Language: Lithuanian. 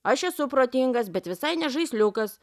aš esu protingas bet visai ne žaisliukas